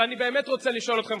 אבל אני באמת רוצה לשאול אתכם,